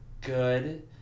good